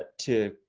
to,